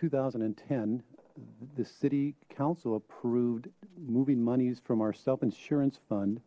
two thousand and ten the city council approved moving monies from our self insurance fund